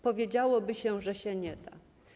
Powiedziałoby się, że się nie da.